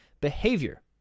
behavior